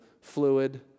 fluid